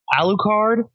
Alucard